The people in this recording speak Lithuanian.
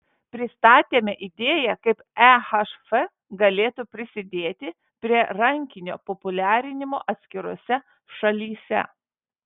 pristatėme idėją kaip ehf galėtų prisidėti prie rankinio populiarinimo atskirose šalyse